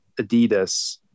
adidas